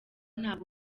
ntabwo